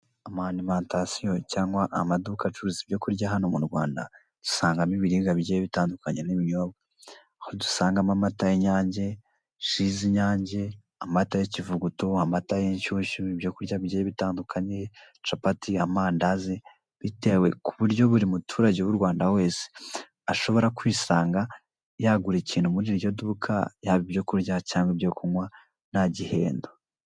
Isosiyete y'itumanaho mu Rwanda ya eyateri yabazaniye amaterefone meza cyane ku amafaranga make cyane aho kubihumbi bisaga makumyabiri byawe ubasha kuybikaho ukajya uganira n'inshuti n'abavandimwe.